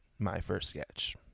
MyFirstSketch